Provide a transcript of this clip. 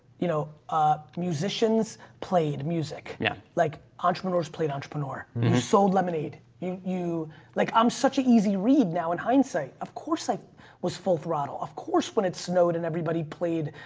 you know musicians played music, yeah like entrepreneurs played entrepreneur, you sold lemonade, you you like, i'm such an easy read now. in hindsight, of course i was full throttle. of course when it snowed and everybody played,